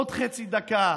עוד חצי דקה,